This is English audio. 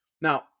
Now